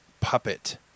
puppet